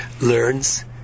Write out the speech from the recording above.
learns